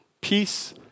peace